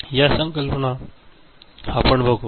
या संकल्पना आपण बघू